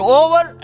over